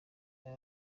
umwe